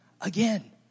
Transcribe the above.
again